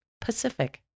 Pacific